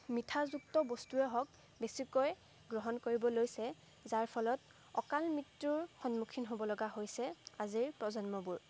মিঠাযুক্ত বস্তুৱে হওক বেছিকৈ গ্ৰহণ কৰিব লৈছে যাৰ ফলত অকাল মৃত্যুৰ সন্মুখীন হ'ব লগা হৈছে আজিৰ প্ৰজন্মবোৰ